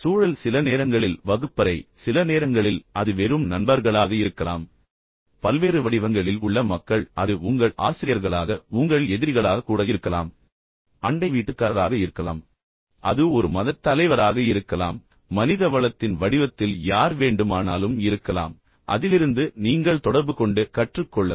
சூழல் சில நேரங்களில் வகுப்பறை சில நேரங்களில் அது வெறும் நண்பர்களாக இருக்கலாம் அதாவது பல்வேறு வடிவங்களில் உள்ள மக்கள் அது உங்கள் ஆசிரியர்களாக இருக்கலாம் அது உங்கள் எதிரிகளாக கூட இருக்கலாம் அது உங்கள் பெற்றோராக இருக்கலாம் அண்டை வீட்டுக்காரராக இருக்கலாம் அது ஒரு மதத் தலைவராக இருக்கலாம் மனித வளத்தின் வடிவத்தில் யார் வேண்டுமானாலும் இருக்கலாம் அதிலிருந்து நீங்கள் தொடர்புகொண்டு கற்றுக்கொள்ளலாம்